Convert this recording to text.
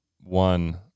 One